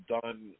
done